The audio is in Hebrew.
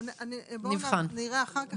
נראה אחר כך את הגורם המטפל ואיפה הוא נמצא.